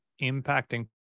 impacting